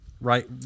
Right